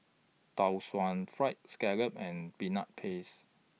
Tau Suan Fried Scallop and Peanut Paste